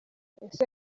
ese